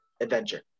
adventure